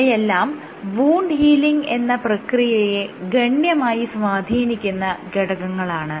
ഇവയെല്ലാം wound healing എന്ന പ്രക്രിയയെ ഗണ്യമായി സ്വാധീനിക്കുന്ന ഘടകങ്ങളാണ്